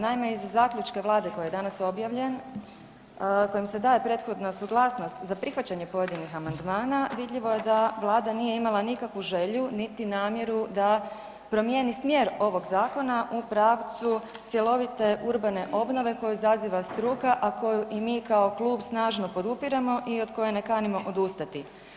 Naime, iz zaključka Vlade koji je danas objavljen kojim se daje prethodna suglasnost za prihvaćanje pojedinih amandmana, vidljivo je da Vlada nije imala nikakvu želju niti namjeru da promijeni smjer ovog zakona u pravcu cjelovite urbane obnove koju zaziva struka, a koju i mi kao klub snažno podupiremo i od koje ne kanimo odustati.